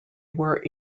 were